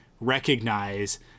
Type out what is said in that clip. recognize